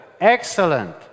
Excellent